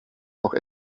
noch